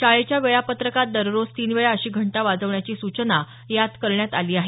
शाळेच्या वेळापत्रकात दररोज तीन वेळा अशी घंटा वाजवण्याची सूचना यात करण्यात आली आहे